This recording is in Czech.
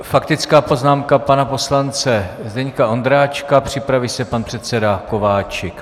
Faktická poznámka pana poslance Zdeňka Ondráčka, připraví se pan předseda Kováčik.